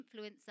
influencer